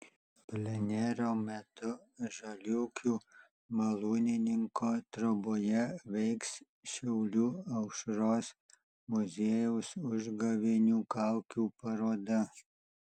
plenero metu žaliūkių malūnininko troboje veiks šiaulių aušros muziejaus užgavėnių kaukių paroda